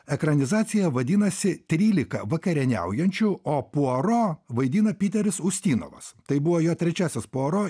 ekranizacija vadinasi trylika vakarieniaujančių o puaro vaidina piteris ūstynovas tai buvo jo trečiasis puaro